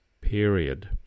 period